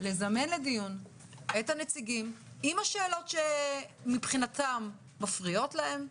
לזמן לדיון את הנציגים עם השאלות שמפריעות להם,